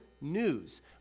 news